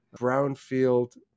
brownfield